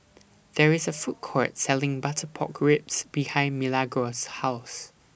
There IS A Food Court Selling Butter Pork Ribs behind Milagros' House